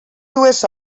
dues